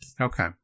Okay